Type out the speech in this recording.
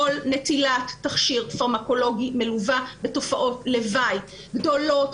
כל נטילת תכיר פרמקולוגי מלווה בתופעות לוואי גדולות,